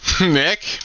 Nick